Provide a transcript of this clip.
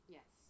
Yes